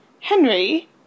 Henry